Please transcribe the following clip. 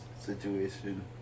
situation